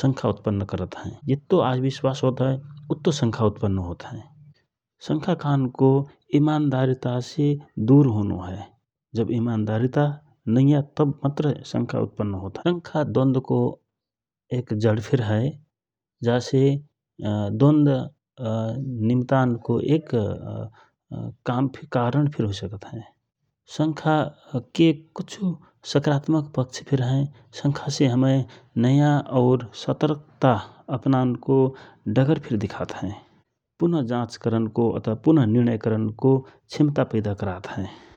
शंखा उत्पन्न करत हए । जित्तो आविश्वास हए उत्तो शंखा उत्पन्न होत हए । शंखा खानको इमान्दरीता से दुर होनो हए । जब इमान्दरीता नैया तव मात्र शंखा उत्पन्न होत हए । शंखा द्वोन्दको एक जड फिर हए जा से द्वान्द निम्त्यानको कारणफिर हुइसकत हए । शंखाके कछु सकारात्मक पक्ष फिर हए शंखा से हमय नयाँ और सतर्क्ता अपनान को डगर फिर दिखात हए । पुनः जाँच करनको अथव पुनः निर्णय करनको क्षमता पैदा करात हए ।